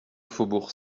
faubourg